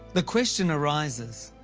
the question arises,